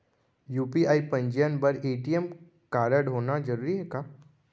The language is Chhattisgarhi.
यू.पी.आई पंजीयन बर ए.टी.एम कारडहोना जरूरी हे का?